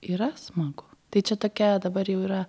yra smagu tai čia tokia dabar jau yra